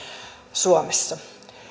suomessa